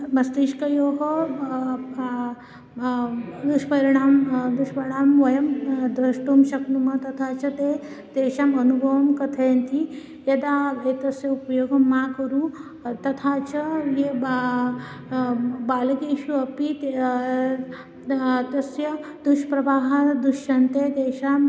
मस्तिष्कयोः दुष्परिणामं दुष्परिणामं वयं द्रष्टुं शक्नुमः तथा च ते तेषाम् अनुभवं कथयन्ति यदा एतस्य उपयोगं मा कुरु तथा च ये बा बालकेषु अपि त तस्य दुष्प्रभावाः दृश्यन्ते तेषाम्